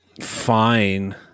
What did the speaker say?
fine